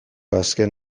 azken